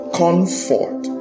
comfort